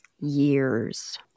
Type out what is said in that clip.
years